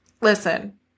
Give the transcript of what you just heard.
listen